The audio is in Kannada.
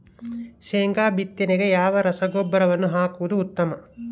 ಶೇಂಗಾ ಬಿತ್ತನೆಗೆ ಯಾವ ರಸಗೊಬ್ಬರವನ್ನು ಹಾಕುವುದು ಉತ್ತಮ?